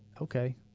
okay